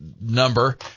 number